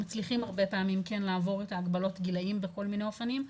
מצליחים הרבה פעמים לעבור את ההגבלות גילאים בכל מיני אופנים,